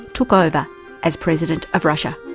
took over as president of russia.